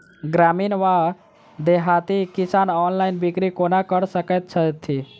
ग्रामीण वा देहाती किसान ऑनलाइन बिक्री कोना कऽ सकै छैथि?